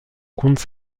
compte